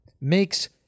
makes